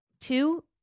Two